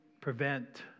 prevent